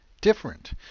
different